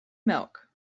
milk